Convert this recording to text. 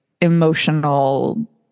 emotional